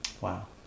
Wow